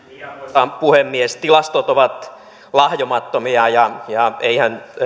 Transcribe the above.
arvoisa puhemies tilastot ovat lahjomattomia ja ja eihän